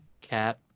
cat